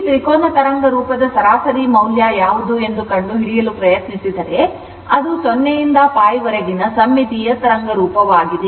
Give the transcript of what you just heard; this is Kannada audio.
ಈ ತ್ರಿಕೋನ ತರಂಗ ರೂಪದ ಸರಾಸರಿ ಮೌಲ್ಯ ಯಾವುದು ಎಂದು ಕಂಡುಹಿಡಿಯಲು ಪ್ರಯತ್ನಿಸಿದರೆ ಅದು 0 ರಿಂದ π ವರೆಗಿನ ಸಮ್ಮಿತೀಯ ತರಂಗ ರೂಪವಾಗಿದೆ